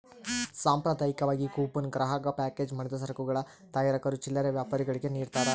ಸಾಂಪ್ರದಾಯಿಕವಾಗಿ ಕೂಪನ್ ಗ್ರಾಹಕ ಪ್ಯಾಕೇಜ್ ಮಾಡಿದ ಸರಕುಗಳ ತಯಾರಕರು ಚಿಲ್ಲರೆ ವ್ಯಾಪಾರಿಗುಳ್ಗೆ ನಿಡ್ತಾರ